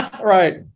Right